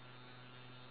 pardon